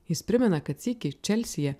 jis primena kad sykį čelsyje